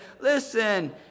listen